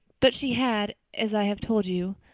but she had, as i have told you,